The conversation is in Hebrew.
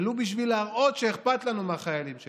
ולו בשביל להראות שאכפת לנו מהחיילים שלנו,